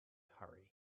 hurry